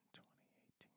2018